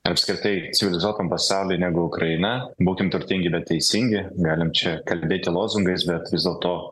ir apskritai civilizuotam pasauliui negu ukraina būkim turtingi bet teisingi galim čia kalbėti lozungais bet vis dėlto